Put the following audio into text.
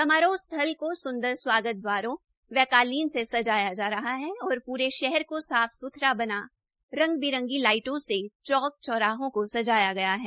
समारोह स्थल को सुंदर स्वागत द्वारों व कालीन से सजाया जा रहा है और पूरे शहर को साफ सुथरा व रंग बिरंगी लाइटों से चौक चौराहों को सजाया गया है